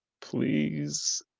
please